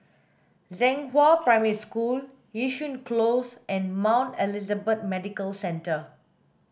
Zhenghua Primary School Yishun Close and Mount Elizabeth Medical Centre